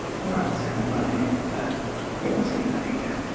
and that's kind of when i knew that he wasn't going to make it.